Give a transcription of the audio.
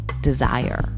desire